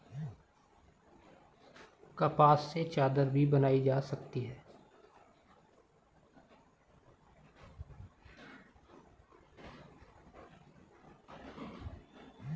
कपास से चादर भी बनाई जा सकती है